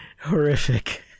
Horrific